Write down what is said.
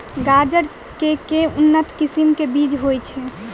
गाजर केँ के उन्नत किसिम केँ बीज होइ छैय?